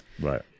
right